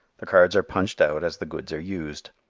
the cards are punched out as the goods are used.